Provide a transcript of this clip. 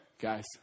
Guys